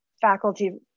faculty